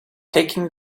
taking